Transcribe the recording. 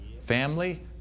family